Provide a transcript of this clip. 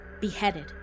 beheaded